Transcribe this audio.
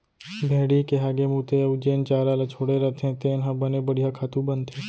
भेड़ी के हागे मूते अउ जेन चारा ल छोड़े रथें तेन ह बने बड़िहा खातू बनथे